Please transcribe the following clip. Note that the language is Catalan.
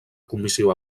comissió